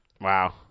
Wow